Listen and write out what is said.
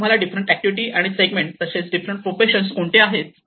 त्याचा तुम्हाला different activity and segment तसेच डिफरंट प्रोफेशनस कोणते आहेत